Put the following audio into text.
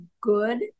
good